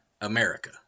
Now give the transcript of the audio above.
America